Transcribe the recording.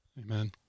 Amen